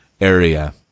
area